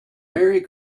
merry